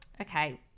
Okay